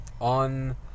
on